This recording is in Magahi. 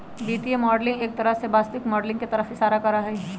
वित्तीय मॉडलिंग एक तरह से वास्तविक माडलिंग के तरफ इशारा करा हई